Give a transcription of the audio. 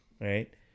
Right